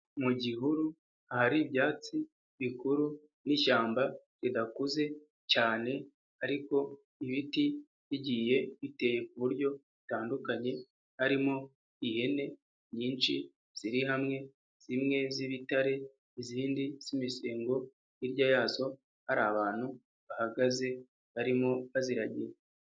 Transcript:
Mu gihuru hariri ibyatsi bikuru n'ishyamba ridakuze cyane ariko ibiti bigiye biteye ku buryo butandukanye, harimo ihene nyinshi ziri hamwe, zimwe z'ibitare, izindi z'imisengo, hirya yazo hari abantu bahagaze barimo baziragiye.